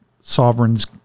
sovereigns